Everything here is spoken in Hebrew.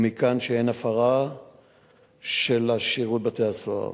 ומכאן שאין הפרה של שירות בתי-הסוהר.